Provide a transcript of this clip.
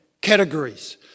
categories